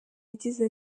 yagize